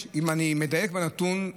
אם אני מדייק בנתון,